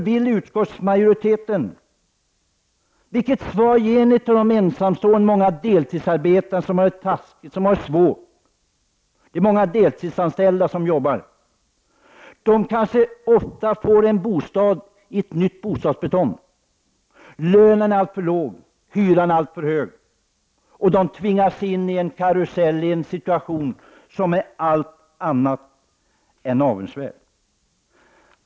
Vilket svar ger de borgerliga partierna till de ensamstående och de många deltidsarbetande som har det svårt? De får ofta en bostad i ett nytt bostadsbestånd, lönen är alltför låg och hyran alltför hög. De tvingas in i en karusell i en situation som är allt annat än avundsvärd.